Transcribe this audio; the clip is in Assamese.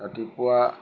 ৰাতিপুৱা